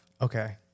Okay